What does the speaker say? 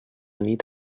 nit